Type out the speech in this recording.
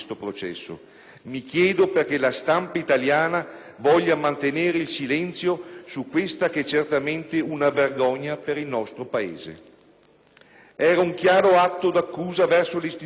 mi chiedo perché la stampa italiana voglia mantenere il silenzio su questa che certamente è una vergogna per il nostro Paese». Era un chiaro atto d'accusa verso le istituzioni,